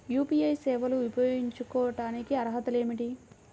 UPI సేవలు ఉపయోగించుకోటానికి అర్హతలు ఏమిటీ?